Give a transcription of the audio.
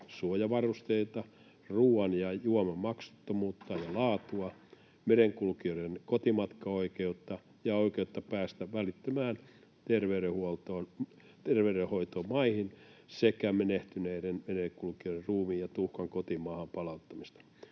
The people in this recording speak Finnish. suojavarusteita, ruuan ja juoman maksuttomuutta ja laatua, merenkulkijoiden kotimatka-oikeutta ja oikeutta päästä välittömään terveydenhoitoon maihin sekä menehtyneiden merenkulkijoiden ruumiin ja tuhkan kotimaahan palauttamista.